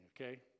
okay